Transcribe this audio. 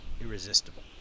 irresistible